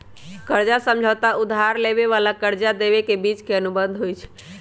कर्जा समझौता उधार लेबेय आऽ कर्जा देबे के बीच के अनुबंध होइ छइ